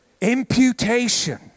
Imputation